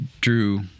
drew—